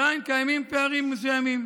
עדיין קיימים פערים מסוימים,